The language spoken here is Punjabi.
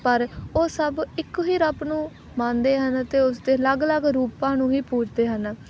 ਪਰ ਉਹ ਸਭ ਇੱਕੋ ਹੀ ਰੱਬ ਨੂੰ ਮੰਨਦੇ ਹਨ ਅਤੇ ਉਸ ਦੇ ਅਲੱਗ ਅਲੱਗ ਰੂਪਾਂ ਨੂੰ ਹੀ ਪੂਜਦੇ ਹਨ